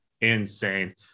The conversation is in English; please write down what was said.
insane